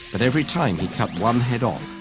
but every time he cut one head off,